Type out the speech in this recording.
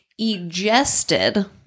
egested